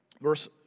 verse